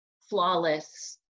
flawless